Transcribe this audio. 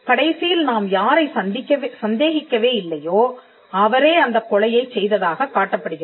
கடைசியில் நாம் யாரை சந்தேகிக்கவே இல்லையோ அவரே அந்தக் கொலையைச் செய்ததாகக் காட்டப்படுகிறது